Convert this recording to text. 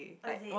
oh is it